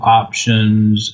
options